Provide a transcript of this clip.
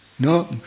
No